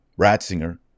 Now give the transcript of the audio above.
Ratzinger